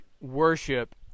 worship